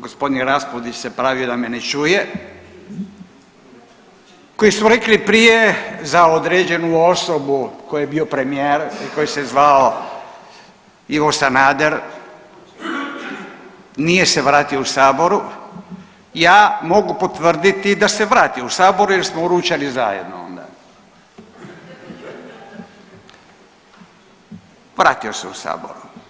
g. Raspudić se pravio da me ne čuje, koji su rekli prije za određenu osobu koji je bio premijer i koji se zvao Ivo Sanader nije se vratio u saboru, ja mogu potvrdio da se vratio u saboru jer smo ručali zajedno onda, vratio se u saboru.